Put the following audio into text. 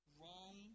wrong